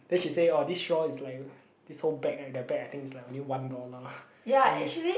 then she say orh this straw is like this whole bag right that bag I think it's like only one dollar and you